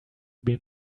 been